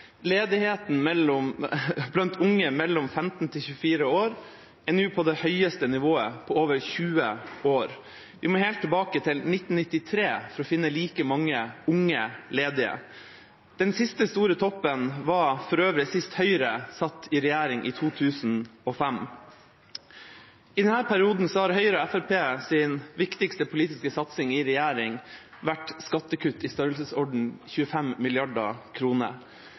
Ledigheten blant unge mellom 15 og 24 år er nå på det høyeste nivået på over 20 år. Vi må helt tilbake til 1993 for å finne like mange unge ledige. Den siste store toppen var for øvrig sist Høyre satt i regjering, i 2005. I denne perioden har Høyre og Fremskrittspartiets viktigste politiske satsing i regjering vært skattekutt i størrelsesorden 25